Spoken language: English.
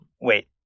Wait